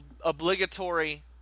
obligatory